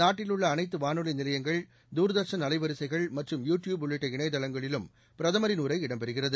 நாட்டில் உள்ள அனைத்து வானொலி நிலையங்கள் தூர்தர்ஷன் அலைவரிசைகள் மற்றும் யூ டியூப் உள்ளிட்ட இணையதளங்களிலும் பிரதமரின் உரை இடம்பெறுகிறது